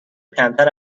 کمتر